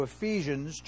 Ephesians